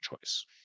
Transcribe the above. choice